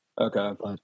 Okay